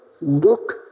look